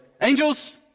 angels